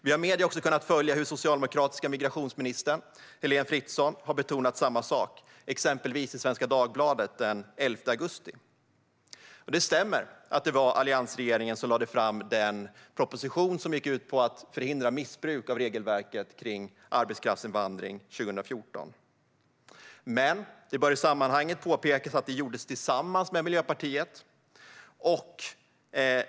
Vi har i medier också kunnat följa hur den socialdemokratiska migrationsministern Heléne Fritzon betonat samma sak, exempelvis i Svenska Dagbladet den 11 augusti. Det stämmer att det var alliansregeringen som 2014 lade fram den proposition som gick ut på att förhindra missbruk av regelverket för arbetskraftsinvandring. Men det bör i sammanhanget påpekas att det gjordes tillsammans med Miljöpartiet.